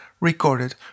recorded